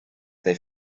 they